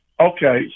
Okay